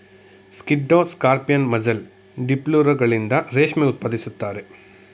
ಸ್ಕಿಡ್ಡೋ scorpion, mussel, ಡಿಪ್ಲುರಗಳಿಂದ ರೇಷ್ಮೆ ಉತ್ಪಾದಿಸುತ್ತಾರೆ